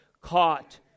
caught